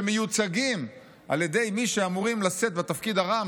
שמיוצגים על ידי מי שאמורים לשאת בתפקיד הרם